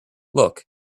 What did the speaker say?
look